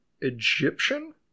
egyptian